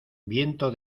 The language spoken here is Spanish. viento